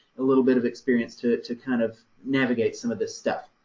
a little bit of experience to to kind of navigate some of this stuff.